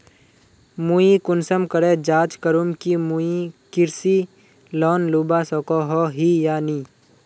मुई कुंसम करे जाँच करूम की मुई कृषि लोन लुबा सकोहो ही या नी?